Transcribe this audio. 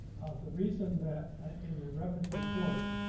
the reason that in the reference report,